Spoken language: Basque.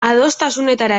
adostasunetara